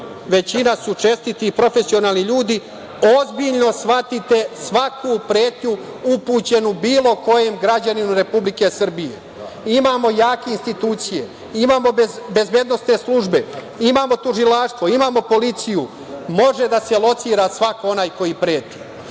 većina su čestiti i profesionalni ljudi, ozbiljno shvatite svaku pretnju upućenu bilo kojem građaninu Republike Srbije. Imamo jake institucije, imamo bezbednosne službe, imamo tužilaštvo, imamo policiju, može da se locira svako onaj koji preti. Ali,